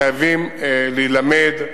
חייבים להילמד,